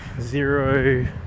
zero